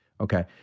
Okay